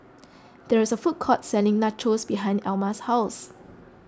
there is a food court selling Nachos behind Elma's house